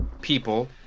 people